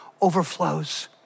overflows